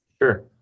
Sure